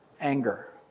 anger